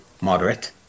Moderate